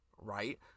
right